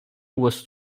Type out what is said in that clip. was